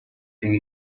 pre